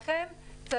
לכן,